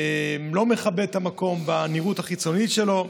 לא מכבד את המקום במראה החיצוני שלו.